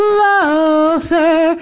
Closer